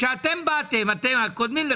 הכוללת שתהיה על כל מיני דברים שאתם מביאים לכאן.